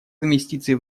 инвестиций